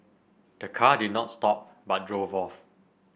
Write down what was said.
the car did not stop but drove off